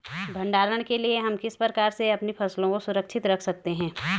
भंडारण के लिए हम किस प्रकार से अपनी फसलों को सुरक्षित रख सकते हैं?